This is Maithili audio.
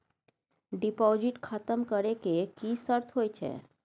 डिपॉजिट खतम करे के की सर्त होय छै?